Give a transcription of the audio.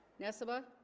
nessebar